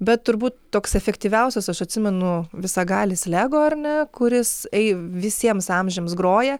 bet turbūt toks efektyviausias aš atsimenu visagalis lego ar ne kuris ei visiems amžiams groja